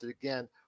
again